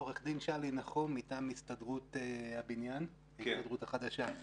עורך דין מטעם הסתדרות הבניין החדשה.